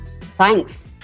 Thanks